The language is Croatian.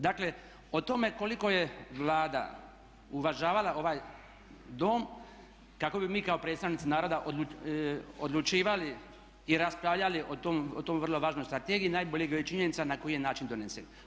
Dakle, o tome koliko je Vlada uvažavala ovaj Dom kako bi mi kao predstavnici naroda odlučivali i raspravljali o toj vrlo važnoj strategiji najbolje govori činjenica na koji je način donesen.